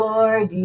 Lord